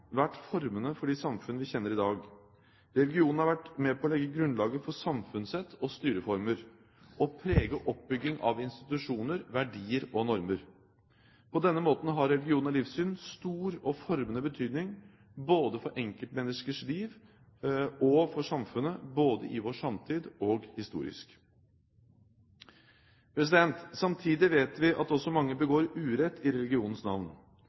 vært formende for de samfunnene vi kjenner i dag. Religion har vært med på å legge grunnlag for samfunnssett og styreformer og preget oppbyggingen av institusjoner, verdier og normer. På denne måten har religion og livssyn stor og formende betydning både for enkeltmenneskers liv og for samfunnet, både i vår samtid og historisk. Samtidig vet vi at mange begår urett i